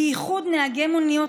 בייחוד נהגי מוניות,